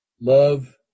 love